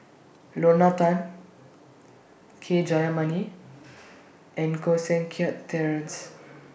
Lorna Tan K Jayamani and Koh Seng Kiat Terence